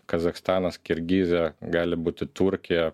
kazachstanas kirgizija gali būti turkija